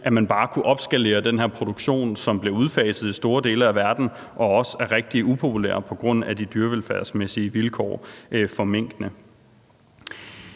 at man bare kunne opskalere den her produktion, som blev udfaset i store dele af verden, og som også er rigtig upopulær på grund af de dyrevelfærdsmæssige vilkår for minkene.